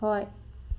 ꯍꯣꯏ